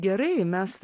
gerai mes